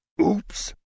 oops